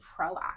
proactive